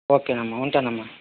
ఒకే నమ్మా ఉంటానమ్మా